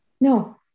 No